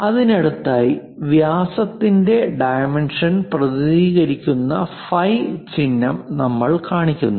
അതിനടുത്തായി വ്യാസത്തിന്റെ ഡൈമെൻഷൻ പ്രതിനിധീകരിക്കുന്ന ഫൈ ചിഹ്നം നമ്മൾ കാണിക്കുന്നു